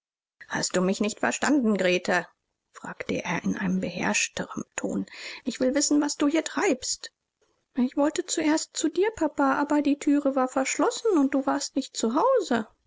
hast du mich nicht verstanden grete fragte er in etwas beherrschterem ton ich will wissen was du hier treibst ich wollte zuerst zu dir papa aber die thüre war verschlossen und du warst nicht